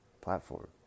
platform